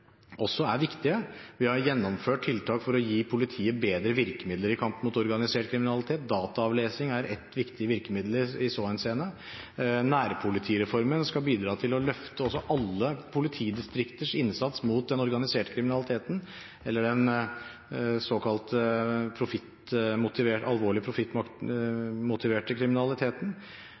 er også viktig. Vi har gjennomført tiltak for å gi politiet bedre virkemidler i kampen mot organisert kriminalitet. Dataavlesing er ett viktig virkemiddel i så henseende. Nærpolitireformen skal bidra til å løfte alle politidistrikters innsats mot den organiserte kriminaliteten eller den såkalte alvorlig, profittmotiverte kriminaliteten.